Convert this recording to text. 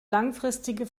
langfristige